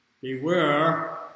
beware